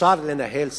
אפשר לנהל סכסוך,